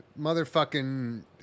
motherfucking